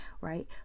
right